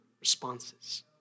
responses